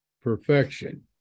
perfection